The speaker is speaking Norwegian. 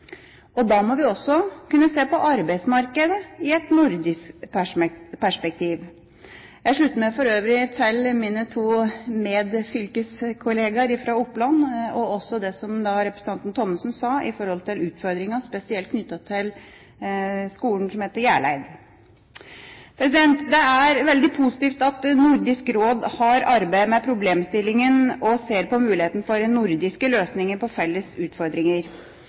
Jeg slutter meg for øvrig til mine to medfylkeskollegaer fra Oppland, og også til det som representanten Thommessen sa om utfordringer spesielt knyttet til skolen som heter Hjerleid. Det er veldig positivt at Nordisk Råd har arbeidet med problemstillingen og ser på muligheten for en nordisk løsning på felles utfordringer.